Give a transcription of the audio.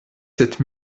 sept